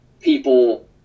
people